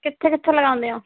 ਕਿੱਥੇ ਕਿੱਥੇ ਲਗਾਉਂਦੇ ਹੋ